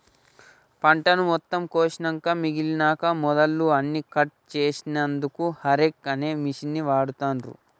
పంటను మొత్తం కోషినంక మిగినన మొదళ్ళు అన్నికట్ చేశెన్దుకు హేరేక్ అనే మిషిన్ని వాడుతాన్రు